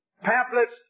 pamphlets